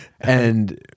and-